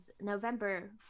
November